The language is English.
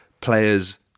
players